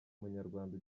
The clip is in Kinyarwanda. umunyarwanda